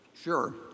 Sure